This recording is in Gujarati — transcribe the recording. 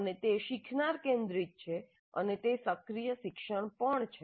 અને તે શીખનાર કેન્દ્રિત છે અને તે સક્રિય શિક્ષણ પણ છે